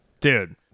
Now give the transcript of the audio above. Dude